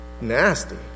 nasty